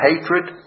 hatred